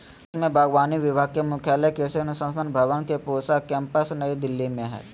भारत में बागवानी विभाग के मुख्यालय कृषि अनुसंधान भवन पूसा केम्पस नई दिल्ली में हइ